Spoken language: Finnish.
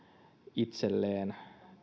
itselleen